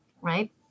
right